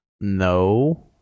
No